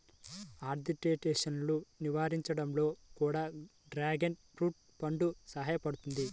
ఆర్థరైటిసన్ను నివారించడంలో కూడా డ్రాగన్ ఫ్రూట్ పండు సహాయపడుతుంది